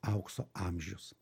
aukso amžius